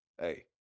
hey